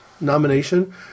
nomination